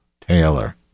Taylor